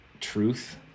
truth